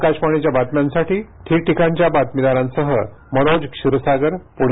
आकाशवाणीच्या बातम्यांसाठी ठिकठिकाणच्या बातमीदारांसह मनोज क्षीरसागर पुणे